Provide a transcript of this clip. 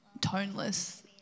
toneless